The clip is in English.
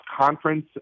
Conference